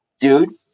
Dude